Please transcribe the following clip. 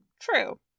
True